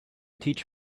teach